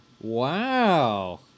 wow